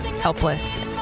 helpless